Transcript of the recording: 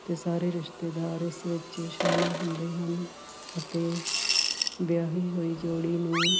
ਅਤੇ ਸਾਰੇ ਰਿਸ਼ਤੇਦਾਰ ਇਸ ਵਿੱਚ ਸ਼ਾਮਿਲ ਹੁੰਦੇ ਹਨ ਅਤੇ ਵਿਆਹੀ ਹੋਈ ਜੋੜੀ ਨੂੰ